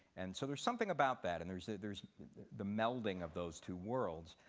and so there's something about that and there's the there's the melding of those two worlds.